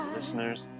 listeners